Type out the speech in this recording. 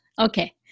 Okay